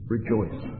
Rejoice